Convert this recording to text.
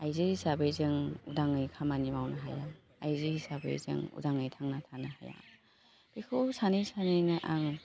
आइजो हिसाबै जों उदाङै खामानि मावनो हाया आइजो हिसाबै जों उदाङै थांना थानो हाया बेखौ सानै सानैनो आं